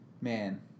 man